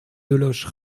deloche